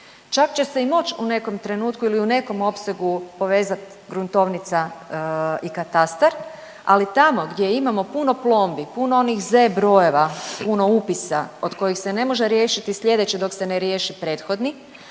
Čak će se i moći u nekom trenutku ili u nekom opsegu povezati gruntovnica i katastar, ali tamo gdje imamo puno plombi, puno onih z brojeva, puno upisa od kojih se ne može riješiti sljedeće dok se ne riješi prethodni,